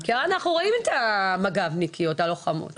אנחנו רואים את המג"בניקיות הלוחמות.